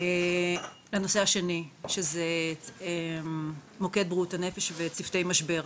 הנושא השני, שזה מוקד בריאות הנפש וצוותי משבר.